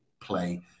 play